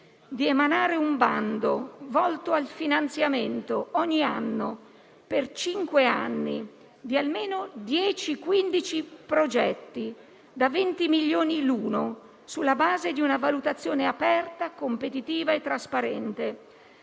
di emanare un bando, volto al finanziamento, ogni anno per cinque anni, di almeno 10-15 progetti, da 20 milioni di euro l'uno, sulla base di una valutazione aperta, competitiva e trasparente.